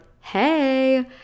hey